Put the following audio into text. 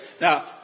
Now